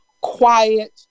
quiet